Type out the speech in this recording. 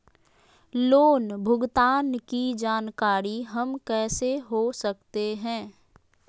Loan भुगतान की जानकारी हम कैसे हो सकते हैं?